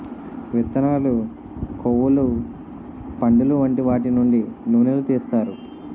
విత్తనాలు, కొవ్వులు, పండులు వంటి వాటి నుండి నూనెలు తీస్తారు